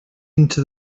into